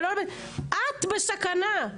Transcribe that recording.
את בסכנה.